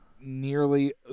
nearly